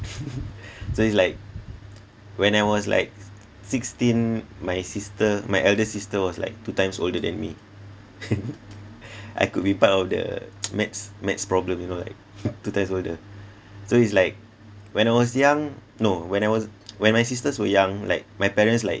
so it's like when I was like sixteen my sister my elder sister was like two times older than me I could be part of the maths maths problem you know like two times older so it's like when I was young no when I was when my sisters were young like my parents like